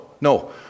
no